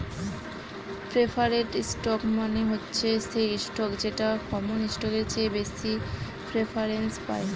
preferred stock মানে হচ্ছে সেই স্টক যেটা কমন স্টকের চেয়ে বেশি প্রেফারেন্স পায়